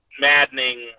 maddening